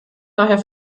daher